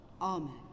amen